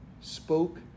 spoke